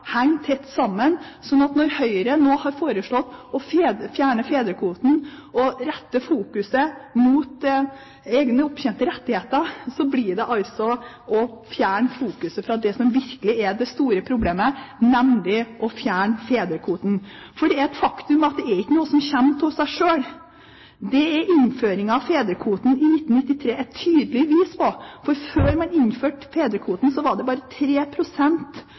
henger fedrekvote og egne opptjente rettigheter tett sammen. Så når Høyre nå har foreslått å fjerne fedrekvoten og rette fokus mot egne opptjente rettigheter, blir det å fjerne fokus fra det som virkelig er det store problemet – nemlig å fjerne fedrekvoten. Det er et faktum at det ikke er noe som kommer av seg sjøl. Det er innføringen av fedrekvoten i 1993 et tydelig bevis på, for før man innførte fedrekvoten, var det bare